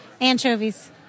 Anchovies